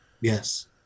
Yes